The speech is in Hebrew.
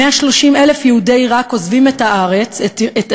130,000 יהודי עיראק עוזבים את עיראק